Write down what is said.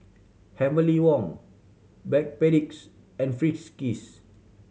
Heavenly Wang Backpedic's and Friskies